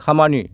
खामानि